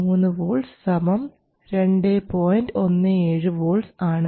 17 volts ആണ്